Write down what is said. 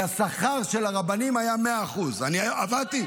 לשכר של הרבנים היה 100%. לי לא היה רב.